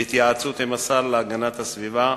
בהתייעצות עם השר להגנת הסביבה,